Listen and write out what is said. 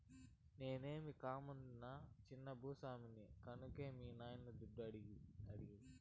నేనేమీ కామందునా చిన్న భూ స్వామిని కన్కే మీ నాయన్ని దుడ్డు అడిగేది